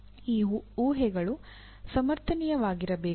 ಈ ಊಹೆಗಳು ಸಮರ್ಥನೀಯವಾಗಿರಬೇಕು